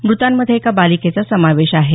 मृतांमध्ये एका बालिकेचा समावेश आहे